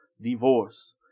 divorce